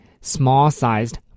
small-sized